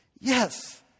Yes